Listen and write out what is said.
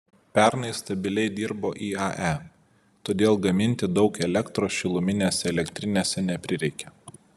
pernai stabiliai dirbo iae todėl gaminti daug elektros šiluminėse elektrinėse neprireikė